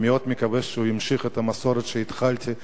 אני מאוד מקווה שהוא ימשיך את המסורת שהתחלתי,